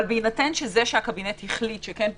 אבל בהינתן שזה שהקבינט החליט שכן פותחים,